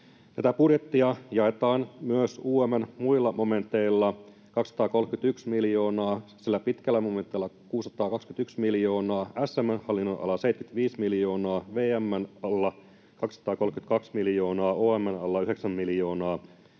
budjettia jaetaan myös UM:n muilla momenteilla 231 miljoonaa, sillä pitkällä momentilla 621 miljoonaa, SM:n hallinnonalalla 75 miljoonaa, VM:n alla 232 miljoonaa, OM:n alla 9 miljoonaa,